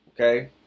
Okay